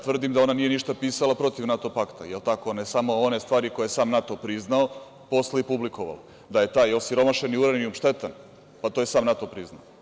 Tvrdim da ona nije ništa pisala protiv NATO pakta, je li tako, ne samo one stvari koje je sam NATO priznao posle i publikovao, da je taj osiromašeni uranijum štetan, pa to je sam NATO priznao.